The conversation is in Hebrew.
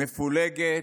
מפולגת,